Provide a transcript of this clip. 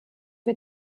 wir